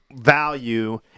value